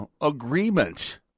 agreement